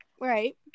Right